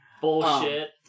Bullshit